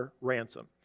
ransom